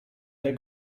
der